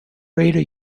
raider